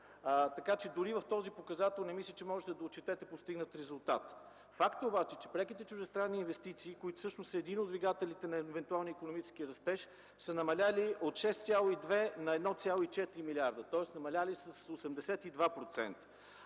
Така че дори в този показател не мисля, че можете да отчетете постигнат резултат. Факт е обаче, че преките чуждестранни инвестиции, които всъщност са един от двигателите на евентуалния икономически растеж, са намалели от 6,2 на 1,4 милиарда. Тоест, намалели са с 82%,